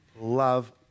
love